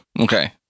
Okay